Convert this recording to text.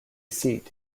seat